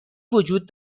وجود